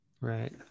Right